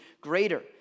greater